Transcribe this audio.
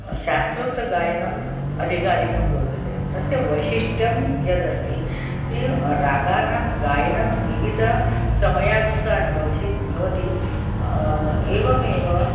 शास्त्रोक्तगायनम् अधिकाधिकं रोचते तस्य वैशिष्ट्यं यदस्ति किं रागानां गायनं विविधसमयानुसारेण भवति भवति एवमेव